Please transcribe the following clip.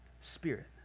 Spirit